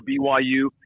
BYU